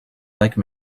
like